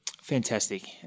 Fantastic